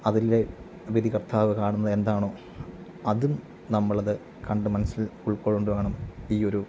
അതിലെ വിധികർത്താവ് കാണുന്നത് എന്താണോ അതും നമ്മളത് കണ്ട് മനസ്സിൽ ഉൾകൊണ്ടുവേണം ഈ ഒരു